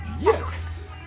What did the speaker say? Yes